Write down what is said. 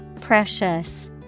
Precious